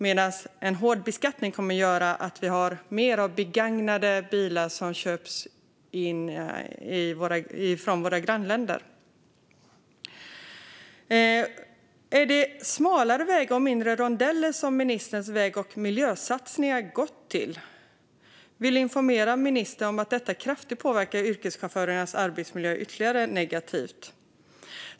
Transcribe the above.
Men hård beskattning kommer att göra att vi får fler begagnade bilar som köps in från våra grannländer. Är det smalare vägar och mindre rondeller som ministerns väg och miljösatsningar har gått till? Jag vill informera ministern om att detta kraftigt påverkar yrkeschaufförernas arbetsmiljö ytterligare negativt.